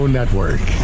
Network